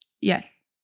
Yes